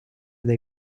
dei